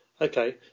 Okay